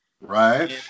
Right